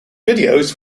videos